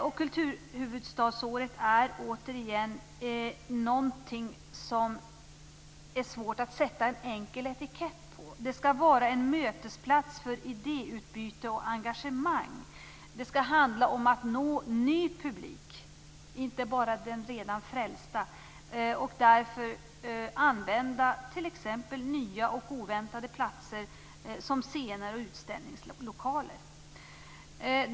Det är svårt att sätta en enkel etikett på kulturhuvudstadsåret. Det skall vara en mötesplats för idéutbyte och engagemang. Det skall handla om att nå en ny publik, inte bara den redan frälsta. Därför skall man använda t.ex. nya och oväntade platser som scener och utställningslokaler.